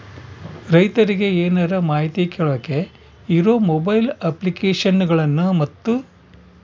ರೈತರಿಗೆ ಏನರ ಮಾಹಿತಿ ಕೇಳೋಕೆ ಇರೋ ಮೊಬೈಲ್ ಅಪ್ಲಿಕೇಶನ್ ಗಳನ್ನು ಮತ್ತು?